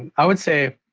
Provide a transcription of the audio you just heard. i would say